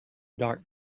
dark